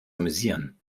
amüsieren